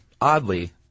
Oddly